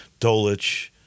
Dolich